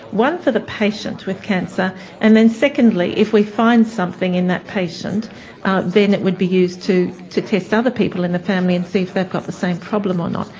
one for the patient with cancer and then secondly if we find something in that patient then it would be used to to test other people in the family and see if they've got the same problem or not.